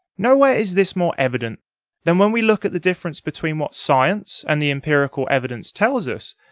nowhere is this more evident than when we look at the difference between what science, and the empirical evidence, tells us,